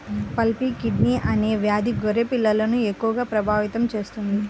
pulpy kidney అనే వ్యాధి గొర్రె పిల్లలను ఎక్కువగా ప్రభావితం చేస్తుంది